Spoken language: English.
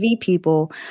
people